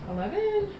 Eleven